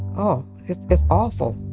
oh, it's it's awful.